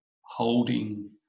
holding